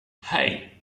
hey